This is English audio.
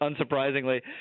unsurprisingly